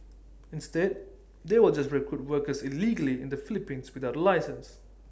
instead they will just recruit workers illegally in the Philippines without A licence